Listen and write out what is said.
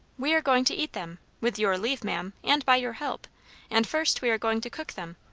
we are going to eat them with your leave ma'am, and by your help and first we are going to cook them.